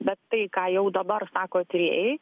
bet tai ką jau dabar sako tyrėjai